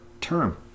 term